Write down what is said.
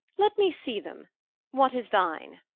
let me see them what is thine?